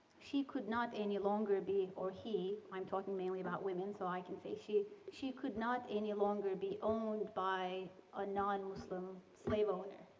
she could not any longer be or he i'm talking mainly mainly about women, so i can say she she could not any longer be owned by a non-muslim slave owner,